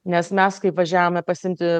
nes mes kaip važiavome pasiimti